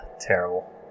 Terrible